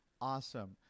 awesome